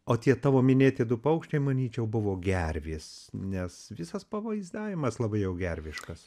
o tie tavo minėti du paukščiai manyčiau buvo gervės nes visas pavaizdavimas labai jau gerviškas